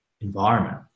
environment